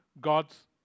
God's